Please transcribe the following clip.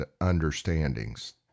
understandings